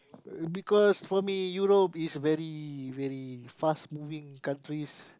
because for me Europe is very very fast moving countries